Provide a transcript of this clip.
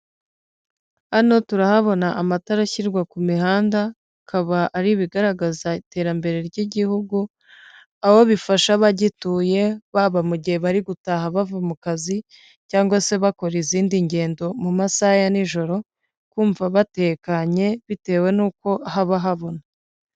Hano turahabona amatara ashyirwa ku mihanda, akaba ari ibigaragaza iterambere ry'Igihugu, aho bifasha abagituye baba mu gihe bari gutaha bava mu kazi cyangwa se bakora izindi ngendo mu masaha ya n'ijoro, bakumva batekanye bitewe n'uko haba habona.